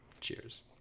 Cheers